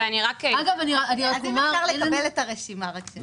אם אפשר לקבל את הרשימה.